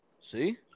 See